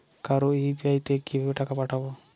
কারো ইউ.পি.আই তে কিভাবে টাকা পাঠাবো?